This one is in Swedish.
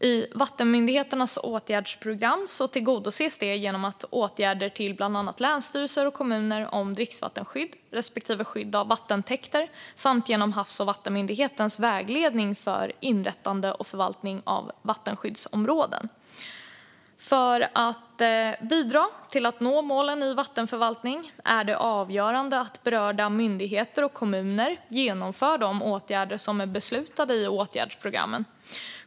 I vattenmyndigheternas åtgärdsprogram tillgodoses det genom åtgärder till bland annat länsstyrelser och kommuner om dricksvattenskydd respektive skydd av vattentäkter och genom Havs och vattenmyndighetens vägledning för inrättande och förvaltning av vattenskyddsområden. För att bidra till att nå målen i vattenförvaltningen är det avgörande att berörda myndigheter och kommuner genomför de åtgärder som är beslutade i åtgärdsprogrammen.